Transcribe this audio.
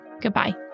Goodbye